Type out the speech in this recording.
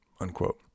unquote